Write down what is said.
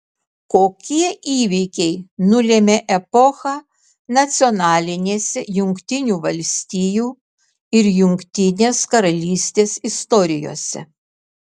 kokie įvykiai nulėmė epochą nacionalinėse jungtinių valstijų ir jungtinės karalystės istorijose